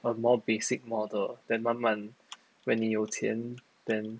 a more basic model then 慢慢 when 你有钱 then